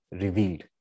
revealed